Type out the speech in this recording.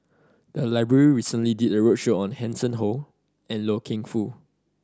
the library recently did a roadshow on Hanson Ho and Loy Keng Foo